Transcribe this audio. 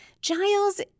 Giles